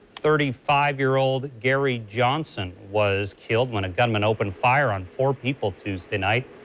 thirty five year old gary johnson was killed when a gunman opened fire on four people tuesday night.